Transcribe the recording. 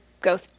go